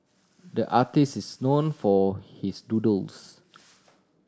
the artist is known for his doodles